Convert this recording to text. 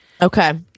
okay